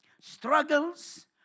Struggles